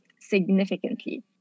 significantly